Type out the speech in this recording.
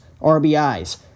RBIs